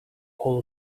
all